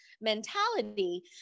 mentality